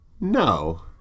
No